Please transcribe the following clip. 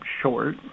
short